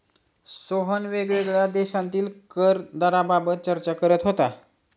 सोहन वेगवेगळ्या देशांतील कर दराबाबत चर्चा करत होता